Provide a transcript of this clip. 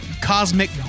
cosmic